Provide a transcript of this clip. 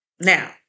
Now